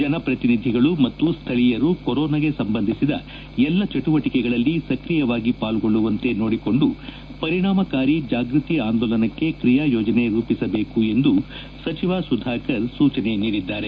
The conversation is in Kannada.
ಜನಪ್ರತಿನಿಧಿಗಳು ಮತ್ತು ಸ್ಥಳೀಯರು ಕೊರೋನಾಗೆ ಸಂಬಂಧಿಸಿದ ಎಲ್ಲ ಚಟುವಟಿಕೆಗಳಲ್ಲಿ ಸ್ಕ್ರಿಯವಾಗಿ ಪಾಲ್ಗೊಳ್ಳುವಂತೆ ನೋಡಿಕೊಂಡು ಪರಿಣಾಮಕಾರಿ ಜಾಗೃತಿ ಆಂದೋಲನಕ್ಕೆ ತ್ರಿಯಾ ಯೋಜನೆ ರೂಪಿಸಬೇಕು ಎಂದು ಸಚಿವ ಸುಧಾಕರ್ ಸೂಚನೆ ನೀಡಿದ್ದಾರೆ